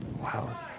Wow